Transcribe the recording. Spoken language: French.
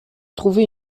trouver